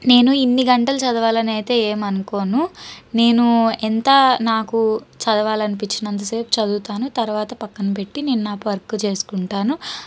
నేను ఇన్ని గంటలు చదవాలనైతే ఏమనుకోను నేను ఎంత నాకు చదవాలనిపించినంత సేపు చదువుతాను తర్వాత పక్కన పెట్టి నేను నా వర్క్ చేస్కుంటాను